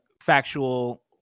factual